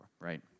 right